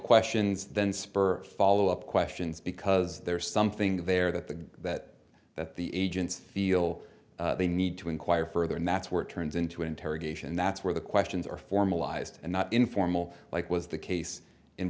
questions then spur follow up questions because there is something there that the that that the agents feel they need to inquire further and that's where it turns into interrogation and that's where the questions are formalized and not informal like was the case in